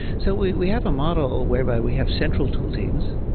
so we we have a model whereby we have central tool teams,